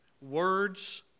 words